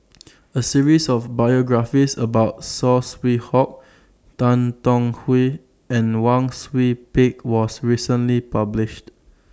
A series of biographies about Saw Swee Hock Tan Tong Hye and Wang Sui Pick was recently published